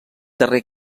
darrer